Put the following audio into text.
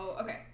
Okay